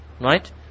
Right